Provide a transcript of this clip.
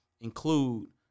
include